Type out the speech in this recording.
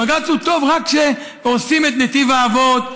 בג"ץ הוא טוב רק כשהורסים את נתיב האבות,